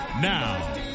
Now